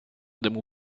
dymu